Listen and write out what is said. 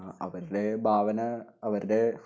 അവരുടെ ഭാവന അവരുടെ